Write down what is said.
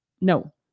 no